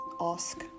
ask